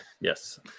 yes